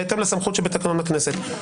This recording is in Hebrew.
בהתאם לסמכות שבתקנון הכנסת.